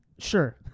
Sure